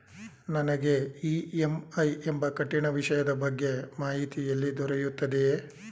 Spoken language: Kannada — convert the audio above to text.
ನನಗೆ ಇ.ಎಂ.ಐ ಎಂಬ ಕಠಿಣ ವಿಷಯದ ಬಗ್ಗೆ ಮಾಹಿತಿ ಎಲ್ಲಿ ದೊರೆಯುತ್ತದೆಯೇ?